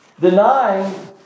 Denying